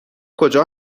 کجا